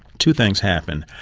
two things happened.